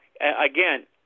again